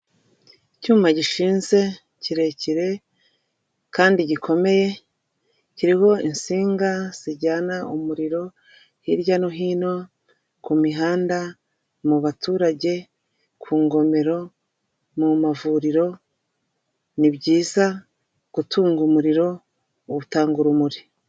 Icyuma gishinze kirekire kandi gikomeye kiriho insinga zijyana umuriro hirya no hino ku mihanda mu baturage, ku ngomero, mu mavuriro, ni byiza gutunga umuriro utanga urumuri.